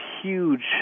huge